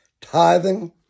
tithing